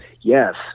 Yes